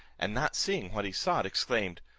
and not seeing what he sought, exclaimed,